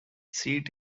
seat